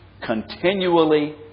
continually